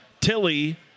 Tilly